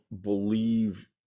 believe